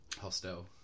Hostel